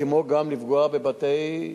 כמו גם לפגוע בבתי-כנסת,